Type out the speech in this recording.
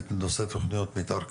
בנושא תוכניות מתאר כרגע,